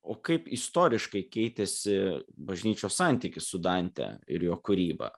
o kaip istoriškai keitėsi bažnyčios santykis su dante ir jo kūryba